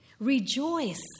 rejoice